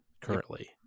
currently